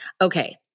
Okay